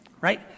right